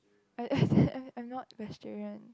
I I'm I'm not vegetarian